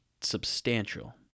substantial